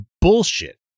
bullshit